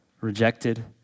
rejected